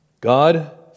God